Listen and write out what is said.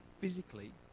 physically